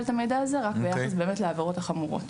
את המידע הזה אלא רק ביחס לעבירות החמורות.